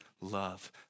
love